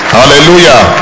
hallelujah